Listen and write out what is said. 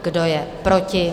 Kdo je proti?